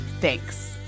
Thanks